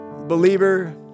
believer